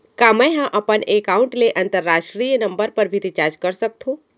का मै ह अपन एकाउंट ले अंतरराष्ट्रीय नंबर पर भी रिचार्ज कर सकथो